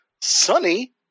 sunny